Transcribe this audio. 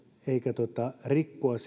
eikä rikkoa